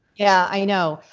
yeah, i know.